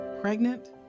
Pregnant